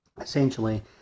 essentially